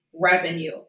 revenue